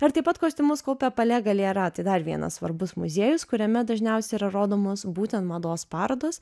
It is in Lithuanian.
ir taip pat kostiumus kaupia pale galera tai dar vienas svarbus muziejus kuriame dažniausiai yra rodomos būtent mados parodos